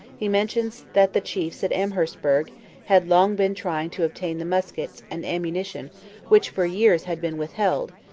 he mentions that the chiefs at amherstburg had long been trying to obtain the muskets and ammunition which for years had been withheld,